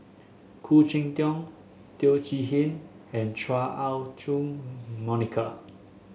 Khoo Cheng Tiong Teo Chee Hean and Chua Ah Monica